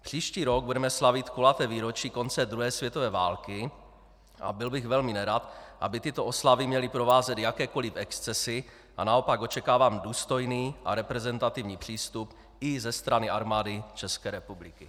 Příští rok budeme slavit kulaté výročí konce druhé světové války a byl bych velmi nerad, aby tyto oslavy měly provázet jakékoli excesy, a naopak očekávám důstojný a reprezentativní přístup i ze strany Armády České republiky.